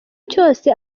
cyose